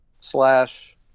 slash